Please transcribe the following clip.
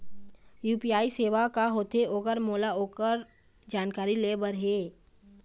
UPI सेवा का होथे ओकर मोला ओकर जानकारी ले बर हे?